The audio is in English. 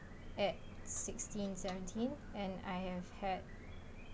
at sixteen seventeen and I have had